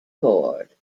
board